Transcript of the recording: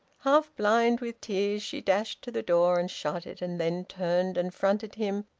half blind with tears she dashed to the door and shut it, and then turned and fronted him,